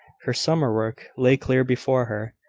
her summer work lay clear before her.